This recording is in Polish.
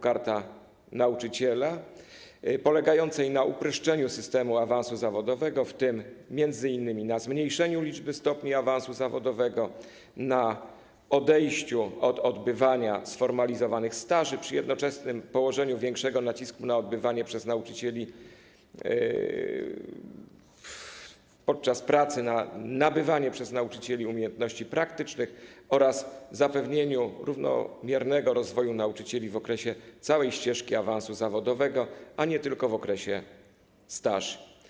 Karta Nauczyciela, polegającej na uproszczeniu systemu awansu zawodowego, w tym m.in. na zmniejszeniu liczby stopni awansu zawodowego, na odejściu od odbywania sformalizowanych staży przy jednoczesnym położeniu większego nacisku na nabywanie przez nauczycieli podczas pracy umiejętności praktycznych oraz zapewnieniu równomiernego rozwoju nauczycieli w okresie całej ścieżki awansu zawodowego, a nie tylko w okresie staży.